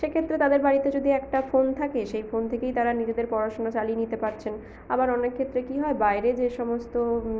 সেক্ষেত্রে তাদের বাড়িতে যদি একটা ফোন থাকে সেই ফোন থেকেই তারা নিজেদের পড়াশোনা চালিয়ে নিতে পারছেন আবার অনেক ক্ষেত্রে কী হয় বাইরে যে সমস্ত